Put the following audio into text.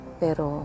pero